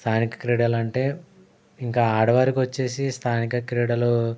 స్థానిక క్రీడలు అంటే ఇంకా ఆడవారికి వచ్చేసి స్థానిక క్రీడలు